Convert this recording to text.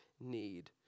need